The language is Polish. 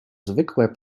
zwykłe